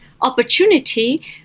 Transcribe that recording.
opportunity